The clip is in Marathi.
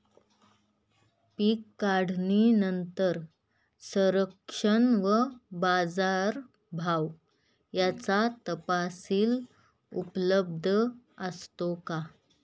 पीक काढणीनंतर संरक्षण व बाजारभाव याचा तपशील उपलब्ध असतो का?